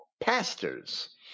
pastors